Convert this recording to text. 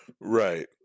right